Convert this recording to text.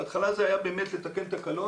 בהתחלה זה היה באמת לתקן תקלות.